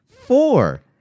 Four